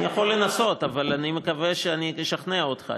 אני יכול לנסות, אבל אני מקווה שאני אשכנע אותך.